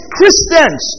Christians